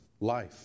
life